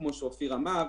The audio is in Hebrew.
כמובן,